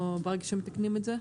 ברגע שמתקנים את זה?